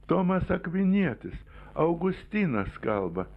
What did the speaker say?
tomas akvinietis augustinas kalba